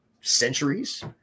centuries